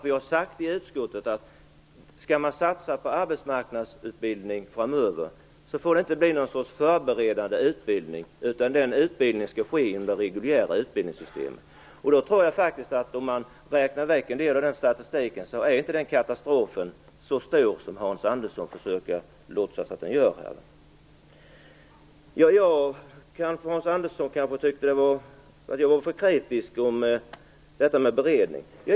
Vi har i utskottet sagt att om man skall satsa på arbetsmarknadsutbildning framöver får det inte bli någon sorts förberedande utbildning, utan den utbildningen skall ske inom det reguljära utbildningssystemet. Om man räknar bort en del av den statistiken tror jag faktiskt att katastrofen inte är så stor som Hans Andersson här försöker låtsas att den är. Hans Andersson tyckte kanske att jag var för kritisk när det gällde beredning.